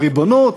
הריבונות,